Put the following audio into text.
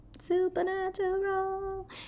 supernatural